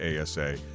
ASA